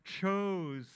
chose